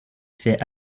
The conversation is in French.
fait